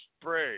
spray